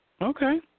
Okay